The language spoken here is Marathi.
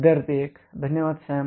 विद्यार्थी 1 धन्यवाद सॅम